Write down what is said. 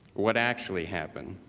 what actually happened.